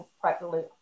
practically